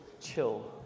chill